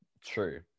true